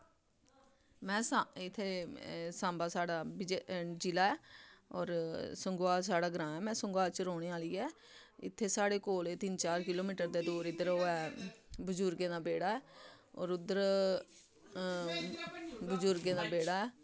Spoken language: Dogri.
में सां इत्थै सांबा साढ़ा विजय जि'ला ऐ होर संगोआल साढ़ा ग्रांऽ ऐ में संगोआल च रौह्ने आह्ली ऐ इत्थै साढ़े कोल तिन्न चार किलोमीटर दे दूर इद्धर ओह् ऐ बजुर्गें दा बेह्ड़ा ऐ और उद्धर बजुर्गें दा बेह्ड़ा ऐ